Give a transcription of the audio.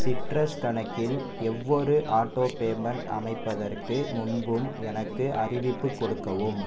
citrus கணக்கில் எவ்வொரு auto payment அமைப்பதற்கு முன்பும் எனக்கு அறிவிப்பு கொடுக்கவும்